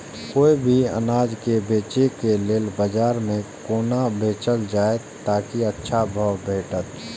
कोय भी अनाज के बेचै के लेल बाजार में कोना बेचल जाएत ताकि अच्छा भाव भेटत?